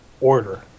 order